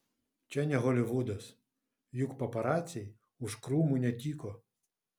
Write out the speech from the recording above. čia ne holivudas juk paparaciai už krūmų netyko